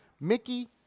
Mickey